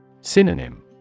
Synonym